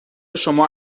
شما